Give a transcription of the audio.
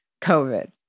COVID